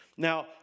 Now